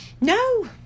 No